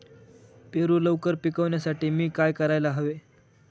पेरू लवकर पिकवण्यासाठी मी काय करायला हवे?